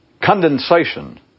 condensation